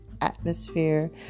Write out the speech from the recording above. atmosphere